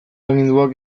aginduak